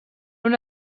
una